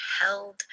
held